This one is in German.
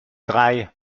drei